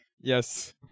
yes